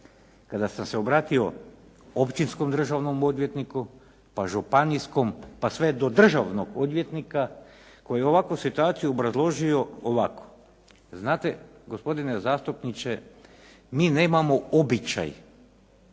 kada sam se obratio općinskom državnom odvjetniku pa županijskom pa sve do državnom odvjetnika koji je ovakvu situaciju obrazložio ovako: "Znate gospodine zastupniče, mi nemamo običaj